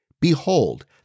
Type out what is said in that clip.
Behold